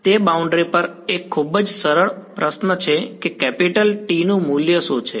તે બાઉન્ડ્રી પર એક ખૂબ જ સરળ પ્રશ્ન છે કે કેપિટલ Tનું મૂલ્ય શું છે